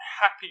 happy